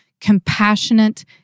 compassionate